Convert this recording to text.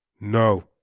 No